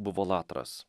buvo latras